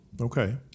Okay